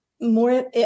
More